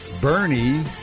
Bernie